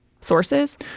sources